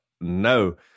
no